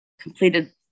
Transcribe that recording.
completed